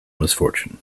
misfortune